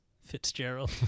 Fitzgerald